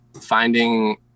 finding